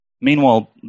Meanwhile